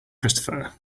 christopher